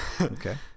okay